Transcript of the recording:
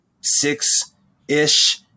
six-ish